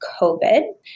COVID